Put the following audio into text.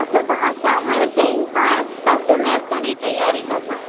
अछा त मां शाम जो चईं खां पंज में अचण जी तयारी कंदमि